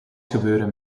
gebeuren